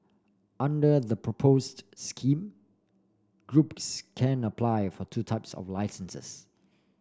under the proposed scheme groups can apply for two types of licences